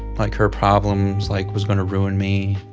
like her problems, like, was going to ruin me.